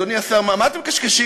אדוני השר: מה אתם מקשקשים,